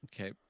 Okay